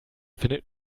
findet